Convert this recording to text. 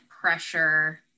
pressure